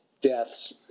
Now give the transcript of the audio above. deaths